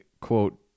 quote